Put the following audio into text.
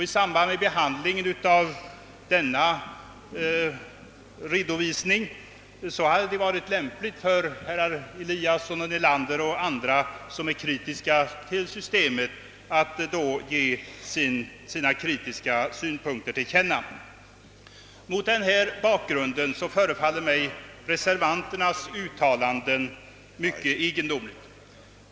I samband med behandlingen av denna redovisning hade det varit lämpligt för herrar Eliasson i Sundborn och Nelander m.fl., som är kritiska till systemet, att ge sina synpunkter till känna. Mot den bakgrunden förefaller mig reservanternas uttalanden mycket egendomliga.